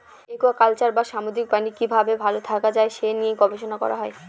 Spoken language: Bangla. একুয়াকালচার বা সামুদ্রিক প্রাণীদের কি ভাবে ভালো থাকা যায় সে নিয়ে গবেষণা করা হয়